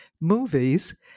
movies